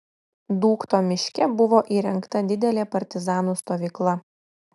dūkto miške buvo įrengta didelė partizanų stovykla